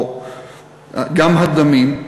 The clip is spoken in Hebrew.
או גם הדמים,